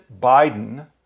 Biden